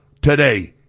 today